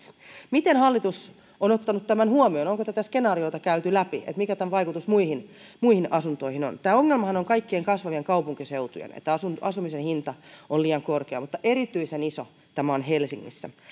miten hallitus on ottanut tämän huomioon onko tätä skenaariota käyty läpi mikä tämän vaikutus muihin muihin asuntoihin on tämä ongelmahan on kaikkien kasvavien kaupunkiseutujen että asumisen hinta on liian korkea mutta erityisen iso tämä on helsingissä